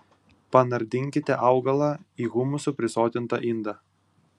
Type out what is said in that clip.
panardinkite augalą į humusu prisotintą indą